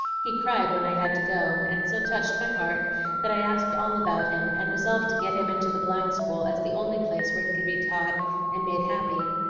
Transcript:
he cried when i had to go, and so touched my heart that i asked all about him, and resolved to get him into the blind school as the only place where he could be taught and made happy.